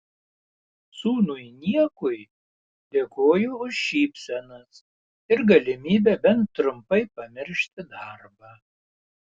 sūnui niekui dėkoju už šypsenas ir galimybę bent trumpai pamiršti darbą